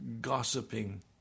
gossiping